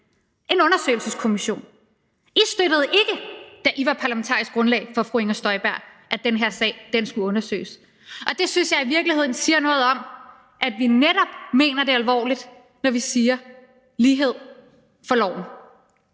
en undersøgelseskommission. Da I var parlamentarisk grundlag for fru Inger Støjberg, støttede I ikke, at den her sag skulle undersøges. Og det synes jeg i virkelighedens siger noget om, at vi netop mener det alvorligt, når vi siger: lighed for loven.